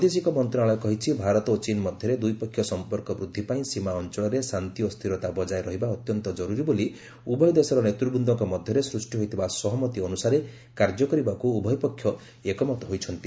ବୈଦେଶିକ ମନ୍ତ୍ରଣାଳୟ କହିଛି ଭାରତ ଓ ଚୀନ୍ ମଧ୍ୟରେ ଦ୍ୱିପକ୍ଷିୟ ସମ୍ପର୍କ ବୃଦ୍ଧି ପାଇଁ ସୀମା ଅଞ୍ଚଳରେ ଶାନ୍ତି ଓ ସ୍ଥିରତା ବଜାୟ ରହିବା ଅତ୍ୟନ୍ତ ଜରୁରୀ ବୋଲି ଉଭୟ ଦେଶର ନେତୃବୃନ୍ଦଙ୍କ ମଧ୍ୟରେ ସୃଷ୍ଟି ହୋଇଥିବା ସହମତି ଅନୁସାରେ କାର୍ଯ୍ୟ କରିବା ଉଭୟପକ୍ଷ ଏକମତ ହୋଇଛନ୍ତି